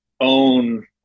own